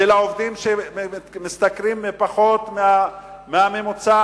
של העובדים שמשתכרים פחות מהממוצע,